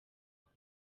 neza